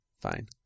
Fine